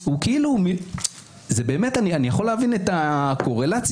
אני יכול להבין את הקורלציה,